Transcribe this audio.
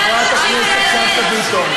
קצת תקשיבו לאמת.